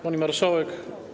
Pani Marszałek!